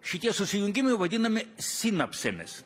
šitie susijungimai vadinami sinapsėmis